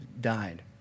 died